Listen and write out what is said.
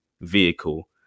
vehicle